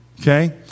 Okay